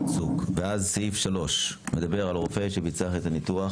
ואז סעיף (3) מדבר על רופא שביצע את הניתוח,